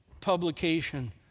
publication